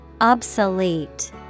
Obsolete